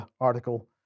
article